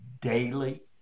daily